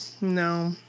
No